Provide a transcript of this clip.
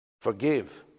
Forgive